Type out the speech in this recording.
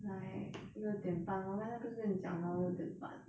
like 六点半我刚才不是跟你讲 lor 六点半